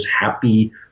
happy